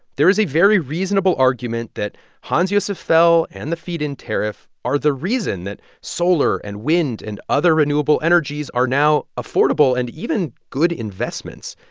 there is a very reasonable argument that hans-josef fell and the feed-in tariff are the reason that solar and wind and other renewable energies are now affordable and even good investments.